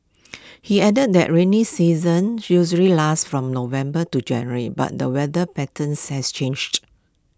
he added that rainy season usually lasts from November to January but the weather patterns has changed